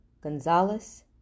Gonzalez